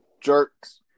jerks